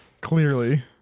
clearly